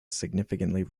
significantly